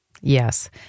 Yes